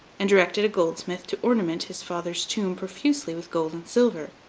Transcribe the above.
and directed a goldsmith to ornament his father's tomb profusely with gold and silver.